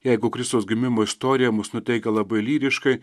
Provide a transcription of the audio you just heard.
jeigu kristaus gimimo istorija mus nuteikia labai lyriškai